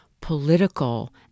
political